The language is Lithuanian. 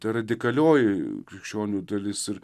ta radikalioji krikščionių dalis ir